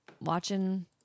watching